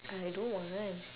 I don't want